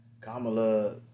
Kamala